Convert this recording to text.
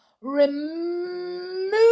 remove